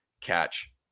catch